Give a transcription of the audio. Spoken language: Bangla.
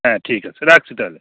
হ্যাঁ ঠিক আছে রাখছি তাহলে